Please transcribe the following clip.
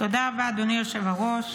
תודה רבה, אדוני היושב-ראש.